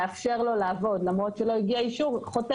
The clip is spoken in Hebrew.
לאפשר לו לעבוד למרות שלא הגיע אישור חותר